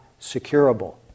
securable